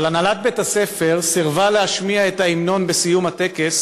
אבל הנהלת בית-הספר סירבה להשמיע את ההמנון בסיום הטקס